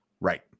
Right